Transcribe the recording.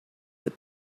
but